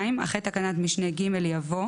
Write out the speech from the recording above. אחרי תקנת משנה (ג) יבוא: